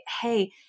hey